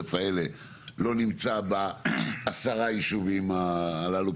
האלה לא נמצא בעשרה יישובים הללו,